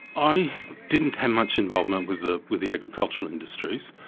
i didn't have much involvement with the with the agricultural industries,